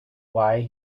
why